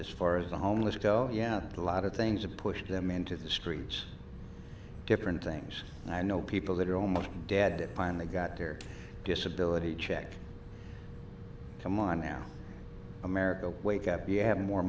this far as the homeless go to lot of things to push them into the streets different things and i know people that are almost dead finally got their disability check them on now america wake up you have more